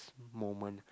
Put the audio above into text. moment